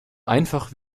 einfach